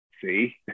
see